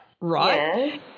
right